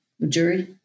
Jury